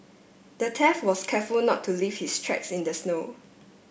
the thief was careful not to leave his tracks in the snow